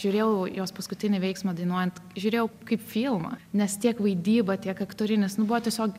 žiūrėjau jos paskutinį veiksmą dainuojant žiūrėjau kaip filmą nes tiek vaidyba tiek aktorinis nu buvo tiesiog